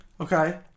Okay